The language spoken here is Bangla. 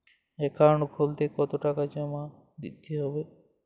অ্যাকাউন্ট খুলতে কতো টাকা জমা দিতে হবে?